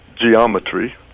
geometry